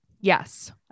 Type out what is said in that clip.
Yes